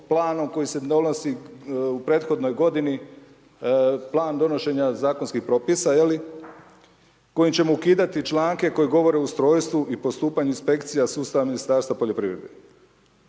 planom koji se donosi u prethodnoj godini, plan donošenja zakonskih propisa je li kojim ćemo ukidati članke koji govore o ustrojstvu i postupanju inspekcija .../Govornik se ne